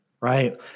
right